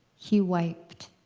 he wiped.